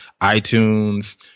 iTunes